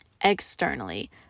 externally